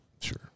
Sure